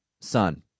son